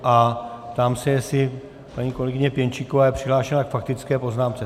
Ptám se, jestli paní kolegyně Pěnčíková je přihlášená k faktické poznámce.